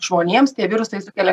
žmonėms tie virusai sukelia